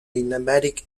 nomadic